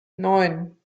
neun